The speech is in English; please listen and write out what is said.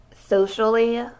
socially